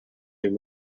him